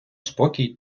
спокій